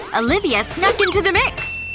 olivia snuck into the mix.